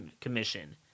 commission